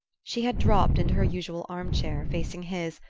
she had dropped into her usual armchair, facing his,